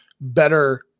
better